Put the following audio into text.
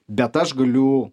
bet aš galiu